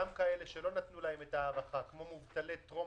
גם כאלה שלא נתנו להם את ההארכה כמו מובטלי טרום